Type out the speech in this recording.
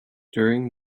during